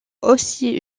aussi